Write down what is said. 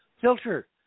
filter